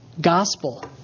gospel